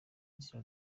inzira